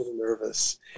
nervous